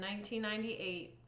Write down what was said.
1998